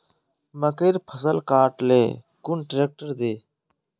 मकईर फसल काट ले कुन ट्रेक्टर दे?